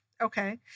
Okay